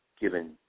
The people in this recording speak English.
given